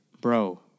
bro